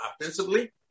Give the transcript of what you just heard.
offensively